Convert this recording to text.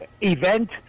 event